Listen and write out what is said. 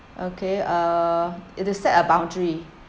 okay uh it's a set of boundary